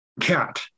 cat